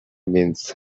means